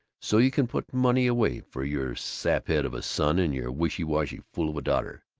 so you can put money away for your saphead of a son and your wishywashy fool of a daughter!